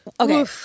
Okay